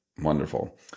Wonderful